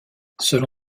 selon